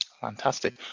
Fantastic